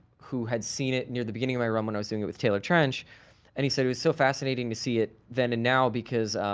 who had seen it near the beginning of my run when i was doing it with taylor trench and he said it was so fascinating to see it then and now because,